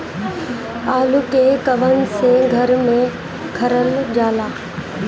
आलू के कवन से घर मे रखल जाला?